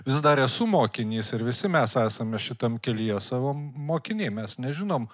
vis dar esu mokinys ir visi mes esame šitame kelyje savo mokiniai mes nežinom